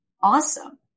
awesome